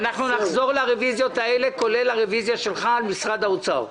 אנחנו נחזור לרוויזיות האלה כולל הרוויזיה שלך על משרד האוצר.